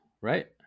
right